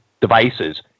devices